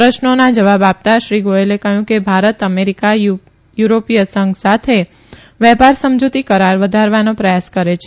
પ્રશ્નોના જવાબ આપતાં શ્રી ગોયલે કહયું કે ભારત અમેરીકા અને યુરોપીય સંઘ સાથે વ્યાપાર સમજુતી કરાર વધારવાનો પ્રયાસ કરે છે